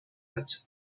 hat